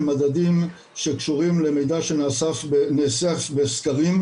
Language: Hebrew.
הם מדדים שקשורים למידע שנאסף בסקרים,